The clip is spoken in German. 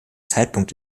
zeitpunkt